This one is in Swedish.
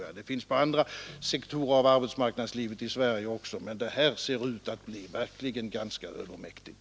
Problemet återfinns även på andra sektorer av arbetsmarknaden i Sverige, men detta ser ut att bli mycket allvarligt.